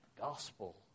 gospel